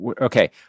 Okay